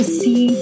see